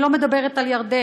אני לא מדברת על ירדן,